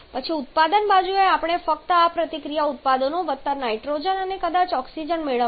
પછી ઉત્પાદન બાજુએ આપણે ફક્ત આ પ્રતિક્રિયા ઉત્પાદનો વત્તા નાઇટ્રોજન અને કદાચ ઓક્સિજન મેળવવા જઈ રહ્યા છીએ